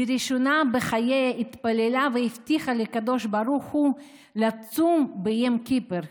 לראשונה בחייה התפללה והבטיחה לקדוש ברוך הוא לצום ביים כיפר,